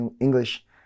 english